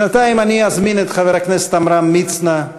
בינתיים אני אזמין את חבר הכנסת עמרם מצנע,